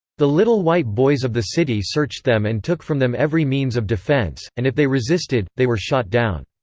the little white boys of the city searched them and took from them every means of defence, and if they resisted, they were shot down.